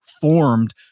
formed